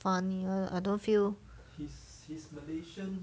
funny or I don't feel